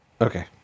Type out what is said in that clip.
Okay